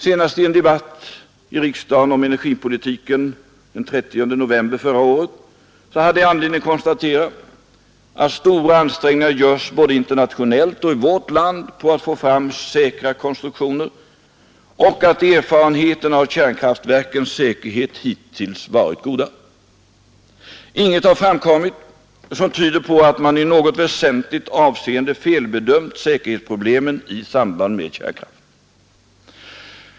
Senast i en debatt i riksdagen om energipolitiken den 30 november förra året hade jag anledning konstatera att stora ansträngningar görs både internationellt och i vårt land på att få fram säkra konstruktioner, och att erfarenheterna av kärnkraftverkens säkerhet hittills varit goda. Inget har framkommit som tyder på att man i något väsentligt avseende felbedömt säkerhetsproblemen i samband med kärnkraft.